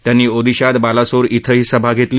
त्यांनी ओदिशात बालासोर इथंही सभा घेतली